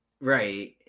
right